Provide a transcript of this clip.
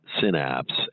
Synapse